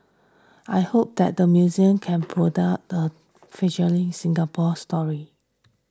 I hope that the museum can product the Singapore story